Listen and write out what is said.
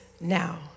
now